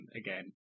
again